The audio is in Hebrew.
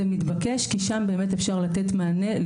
זה מתבקש כי שם באמת אפשר לתת מענה,